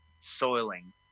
soiling